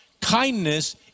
Kindness